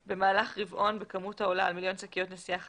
במהלך רבעון בכמות העולה על מיליון שקיות נשיאה חד-פעמיות,